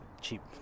cheap